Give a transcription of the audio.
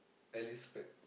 Alice-pack